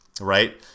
right